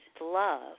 love